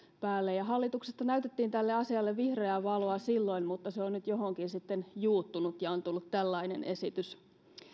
päälle ja hallituksesta näytettiin tälle asialle vihreää valoa silloin mutta se on nyt johonkin sitten juuttunut ja on tullut tällainen esitys